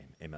amen